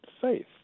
faith